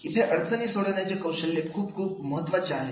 इथे अडचणी सोडवण्याचे कौशल्य खूप खूप महत्त्वाच आहे